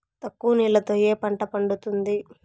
తక్కువ నీళ్లతో ఏ పంట పండుతుంది?